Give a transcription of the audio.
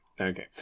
Okay